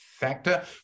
factor